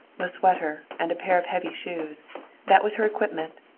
the sweater and a pair of heavy shoes that was her equipment,